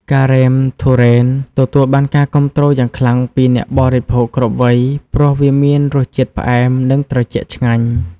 ការ៉េមទុរេន ទទួលបានការគាំទ្រយ៉ាងខ្លាំងពីអ្នកបរិភោគគ្រប់វ័យ ព្រោះវាមានរសជាតិផ្អែមនិងត្រជាក់ឆ្ងាញ់។